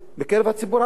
בקרב הציבור הערבי?